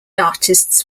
artists